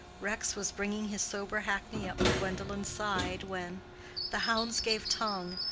rex was bringing his sober hackney up to gwendolen's side when the hounds gave tongue,